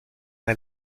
del